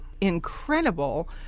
incredible